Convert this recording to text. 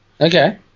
Okay